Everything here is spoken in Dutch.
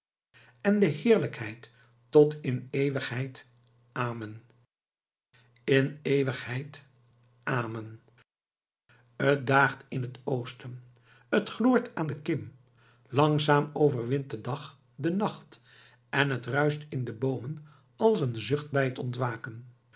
en de heerlijkheid tot in eeuwigheid amen in eeuwigheid amen t daagt in het oosten t gloort aan de kim langzaam overwint de dag den nacht en het ruischt in de boomen als een zucht bij t ontwaken